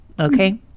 okay